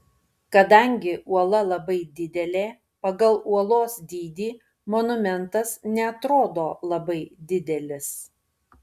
kadangi uola labai didelė pagal uolos dydį monumentas neatrodo labai didelis